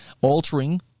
altering